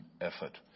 effort